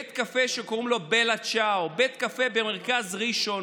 בית קפה שקוראים לו בלה צ'או, במרכז ראשון,